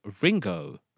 Ringo